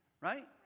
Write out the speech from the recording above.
Right